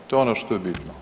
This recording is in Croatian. To je ono što je bitno.